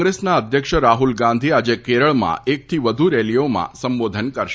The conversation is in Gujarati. કોંગ્રસના અધ્યક્ષ રાહુલ ગાંધી આજે કેરળમાં એકથી વધુ રેલીઓમાં સંબોધન કરશે